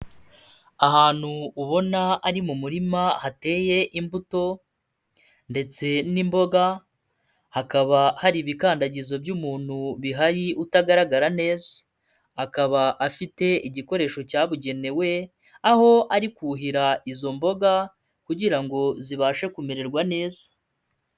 Ahantu ubona ari mu murima hateye imbuto ndetse n'imboga hakaba hari ibikandagizo by'umuntu bihari utagaragara neza, akaba afite igikoresho cyabugenewe aho ari kuhira izo mboga kugira ngo zibashe kumererwa neza.